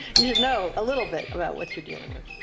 you should know a little bit about what you're dealing with.